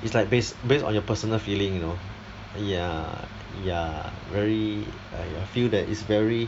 it's like based based on your personal feeling you know ya ya very !aiya! feel that it's very